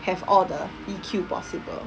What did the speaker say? have all the E_Q possible